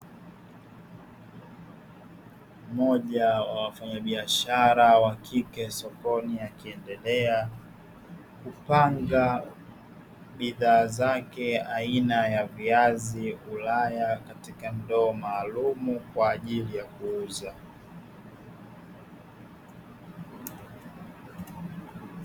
Mmoja wa wafanyabiashara wa kike sokoni, akiendelea kuuza bidhaa zake aina ya viazi Ulaya katika ndoo maalumu kwa ajili ya kuuza.